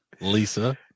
Lisa